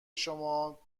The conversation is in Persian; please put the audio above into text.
شما